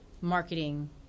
marketing